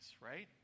right